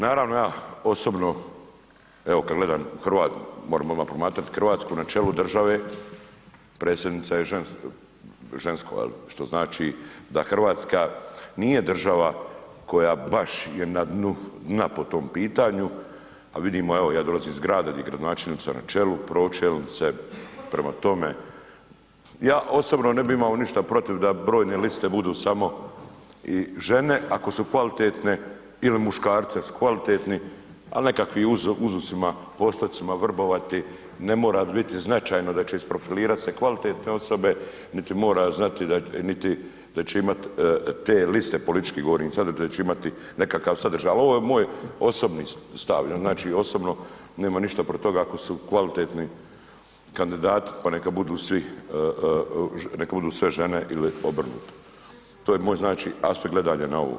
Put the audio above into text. Naravno, ja osobno evo kad gledam u RH, možemo promatrat RH, na čelu države predsjednica je žensko jel, što znači da RH nije država koja baš je na dnu dna po tom pitanju, a vidimo evo ja dolazim iz grada di je gradonačelnica na čelu, pročelnice, prema tome, ja osobno ne bi imao ništa protiv da brojne liste budu samo žene ako su kvalitetne ili muškarci da su kvalitetni, ali nekakvim uzusima, postocima vrbovati ne mora biti značajno da će isprofilirat se kvalitetne osobe niti mora znati, niti da će imat te liste, politički govorim sad, da će imati nekakav sadržaj, ali ovo je moj osobni stav, znači osobno nemam ništa protiv toga ako su kvalitetni kandidati, pa neka budu svi, neka budu sve žene ili obrnuto, to je moj znači aspekt gledanja na ovo.